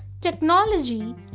technology